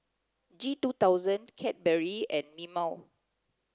G two thousand Cadbury and Mimeo